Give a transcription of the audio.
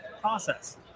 process